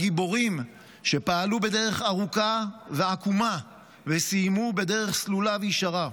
על גיבורים שפעלו בדרך ארוכה ועקומה וסיימו בדרך סלולה וישרה.